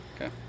Okay